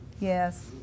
Yes